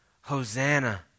Hosanna